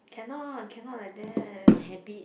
cannot cannot like that